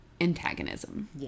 antagonism